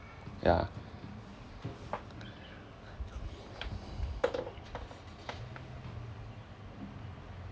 yeah